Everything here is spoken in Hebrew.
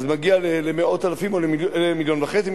מגיע למאות אלפים או למיליון וחצי,